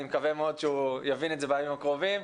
אני מקווה מאוד שהוא יבין את זה בימים הקרובים,